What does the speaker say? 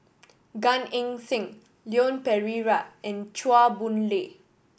Gan Eng Seng Leon Perera and Chua Boon Lay